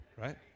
Right